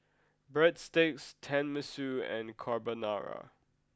breadsticks Tenmusu and Carbonara